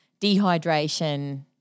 dehydration